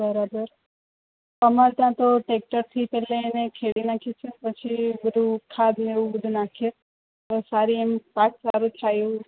બરાબર અમાર ત્યાં તો ટ્રેક્ટરથી પેલા એને ખેડી નાખ્યું છે પછી બધું ખાભેળૂ ને બધું નાખીએ પછી સારી એમ પાક સારો થાય એવું